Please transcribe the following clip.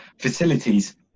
Facilities